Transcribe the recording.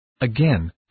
Again